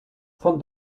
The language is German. von